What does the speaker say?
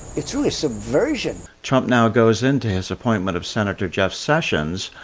it's really subversion! trump now goes into his appointment of senator jeff sessions,